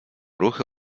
ruchy